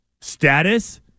Status